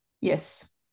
Yes